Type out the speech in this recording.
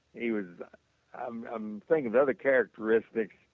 he was i'm i'm thinking of other characteristics,